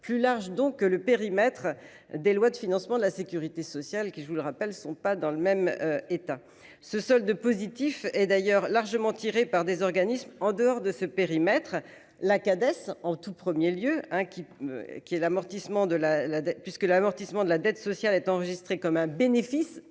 plus large, donc que le périmètre des lois de financement de la Sécurité sociale, qui je vous le rappelle sont pas dans le même état. Ce solde positif et d'ailleurs largement tirée par des organismes en dehors de ce périmètre. La cadette en tout 1er lieu hein qui, qui est l'amortissement de la dette puisque l'amortissement de la dette sociale est enregistré comme un bénéfice,